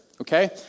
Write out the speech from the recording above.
Okay